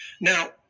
Now